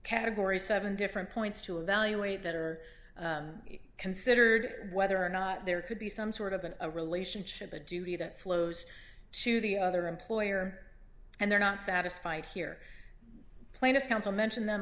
categories seven different points to evaluate that are considered whether or not there could be some sort of an a relationship a duty that flows to the other employer and they're not satisfied here plaintiff counsel mention them